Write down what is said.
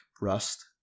rust